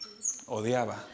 Odiaba